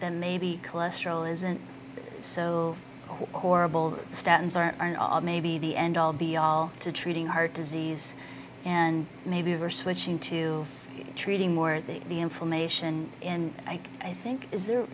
that maybe cholesterol isn't so horrible statens are maybe the end all be all to treating heart disease and maybe we're switching to treating more of the the information in i think is th